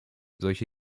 solche